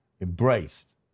embraced